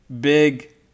big